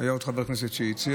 היה עוד חבר כנסת שהציע.